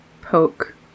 poke